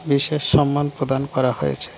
বিশেষ সম্মান প্রদান করা হয়েছে